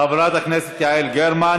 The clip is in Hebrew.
הוא חוק שראוי לדון בו כראוי, זה מה שאמרנו.